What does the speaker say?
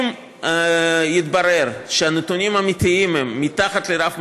אם יתברר שהנתונים האמיתיים הם מתחת לרף מסוים,